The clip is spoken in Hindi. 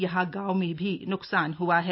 यहां गांव में भी न्कसान हुआ है